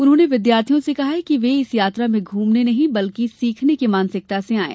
उन्होंने विद्यार्थियों से कहा कि वे इस यात्रा में घूमने की नहीं बल्कि सीखने की मानसिकता से जायें